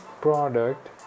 product